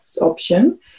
option